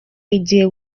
igihe